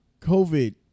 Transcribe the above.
COVID